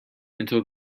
until